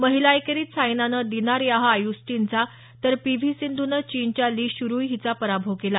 महिला एकेरीत सायनानं दिनार याह अयुस्टिनचा तर पी व्ही सिंधू नं चीनच्या ली शुरई हिचा पराभव केला